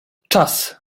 czas